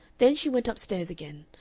then she went up-stairs again,